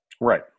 Right